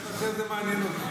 אתה חושב שזה מעניין אותו.